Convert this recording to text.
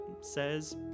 says